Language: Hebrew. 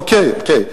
אוקיי.